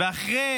ואחרי